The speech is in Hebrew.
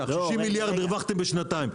60 מיליארד הרווחתם בשנתיים.